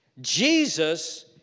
Jesus